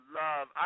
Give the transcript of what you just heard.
love